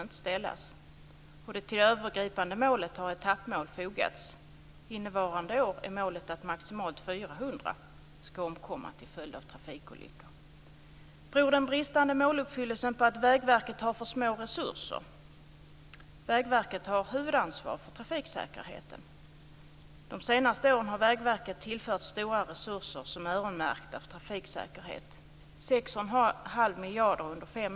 Vi moderater vill därför inte bara satsa på nya vägar, utan vi vill också satsa på vägbyggen som tillgodoser trafiksäkerheten och där man också redovisar effekterna av de trafiksäkerhetsåtgärder som man lägger in i sina investeringar. Vi ser därför en hög vägstandard som den första förutsättningen för en bra trafiksäkerhet.